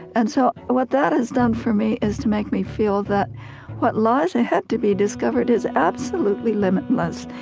and so what that has done for me is to make me feel that what lies ahead to be discovered is absolutely limitless.